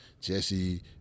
Jesse